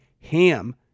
HAM